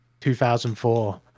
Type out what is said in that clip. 2004